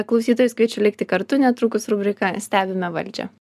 klausytojus kviečiu likti kartu netrukus rubrika stebime valdžią